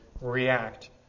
react